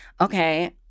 Okay